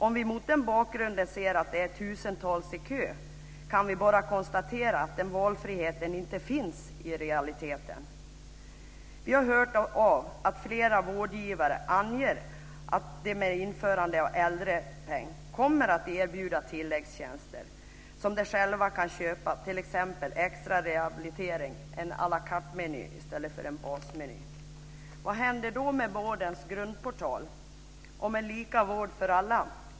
Om vi mot den bakgrunden ser att det är tusentals i kö kan vi bara konstatera att den valfriheten inte finns i realiteten. Vi har hört att flera vårdgivare anger att de med införande av äldrepeng kommer att erbjuda tilläggstjänster som de själva kan köpa, t.ex. extra rehabilitering - en à la carte-meny i stället för en basmeny. Vad händer då med vårdens grundportal om lika vård för alla?